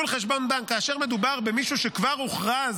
כאשר מדובר במישהו שכבר הוכרז